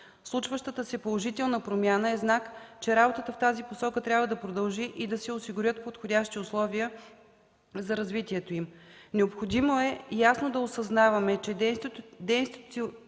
Случващата се положителна промяна е знак, че работата в тази посока трябва да продължи и да се осигурят подходящи условия за развитието им. Необходимо е ясно да осъзнаваме, че